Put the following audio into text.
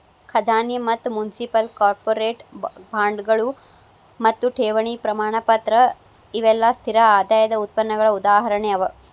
ಖಜಾನಿ ಮತ್ತ municipal, corporate ಬಾಂಡ್ಗಳು ಮತ್ತು ಠೇವಣಿ ಪ್ರಮಾಣಪತ್ರ ಇವೆಲ್ಲಾ ಸ್ಥಿರ ಆದಾಯದ್ ಉತ್ಪನ್ನಗಳ ಉದಾಹರಣೆ ಅವ